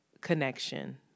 connection